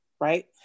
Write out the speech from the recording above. right